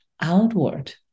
outward